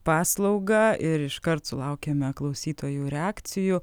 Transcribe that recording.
paslaugą ir iškart sulaukėme klausytojų reakcijų